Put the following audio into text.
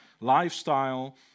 lifestyle